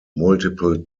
multiple